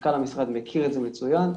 מנכ"ל המשרד מכיר את זה מצוין.